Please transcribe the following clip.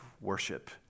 worship